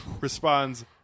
responds